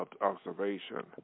observation